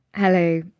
Hello